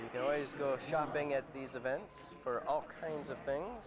you can always go shopping at these events for all kinds of things